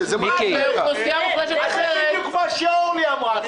זה בדיוק מה שאורלי לוי אבקסיס אמרה.